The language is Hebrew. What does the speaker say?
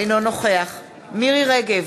אינו נוכח מירי רגב,